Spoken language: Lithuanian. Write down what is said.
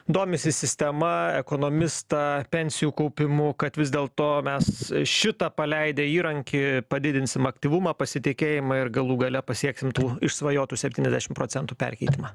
domisi sistema ekonomistą pensijų kaupimu kad vis dėl to mes šitą paleidę įrankį padidinsime aktyvumą pasitikėjimą ir galų gale pasieksim tų išsvajotų septyniasdešimt procentų perkeitimą